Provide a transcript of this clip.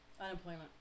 Unemployment